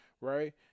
right